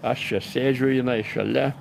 aš čia sėdžiu jinai šalia